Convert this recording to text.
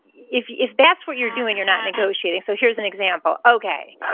if yeah if that's what you're doing, you're not negotiating so here's an example. okay,